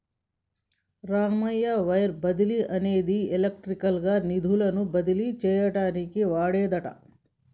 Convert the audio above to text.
Ramayya wire బదిలీ అనేది electronic గా నిధులను బదిలీ చేయటానికి వాడేదట